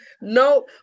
no